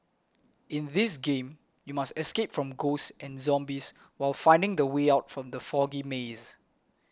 in this game you must escape from ghosts and zombies while finding the way out from the foggy maze